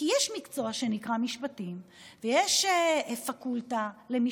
כי יש מקצוע שנקרא משפטים, ויש פקולטה למשפטים,